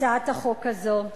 הצעת החוק הזו,